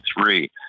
three